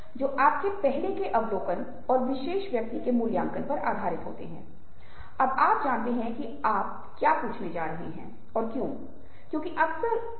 विविधता टीमों का निर्माण संघर्षों का समाधान लोगों के बारे में जागरूकता समाज ये संचार के कुछ मुख्य कौशल हैं